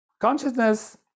consciousness